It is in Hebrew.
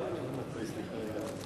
חריגות בנייה, בכל המגזרים.